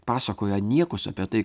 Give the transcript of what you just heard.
pasakoja niekus apie tai